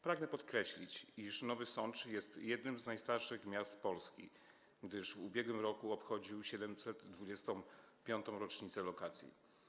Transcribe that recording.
Pragnę pokreślić, iż Nowy Sącz jest jednym z najstarszych miast Polski, gdyż w ubiegłym roku obchodził 725. rocznicę lokacji.